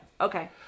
Okay